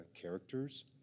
characters